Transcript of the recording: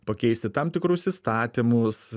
pakeisti tam tikrus įstatymus